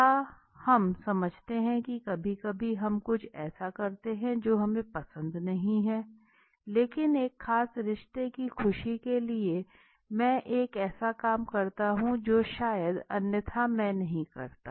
क्या हम समझते हैं कि कभी कभी हम कुछ ऐसा करते हैं जो हमें पसंद नहीं है लेकिन एक खास रिश्ते की खुशी के लिए मैं एक ऐसा काम करता हूँ जो शायद अन्यथा मैं नहीं करता